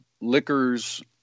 liquors